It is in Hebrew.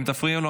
אם תפריעי לו,